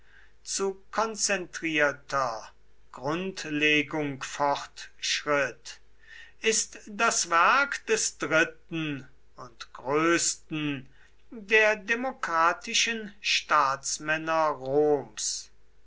zu konzentrierter grundlegung fortschritt ist das werk des dritten und größten der demokratischen staatsmänner roms